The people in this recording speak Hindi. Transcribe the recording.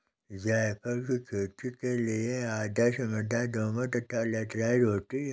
जायफल की खेती के लिए आदर्श मृदा दोमट तथा लैटेराइट होती है